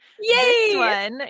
Yay